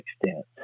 extent